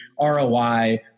ROI